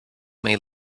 may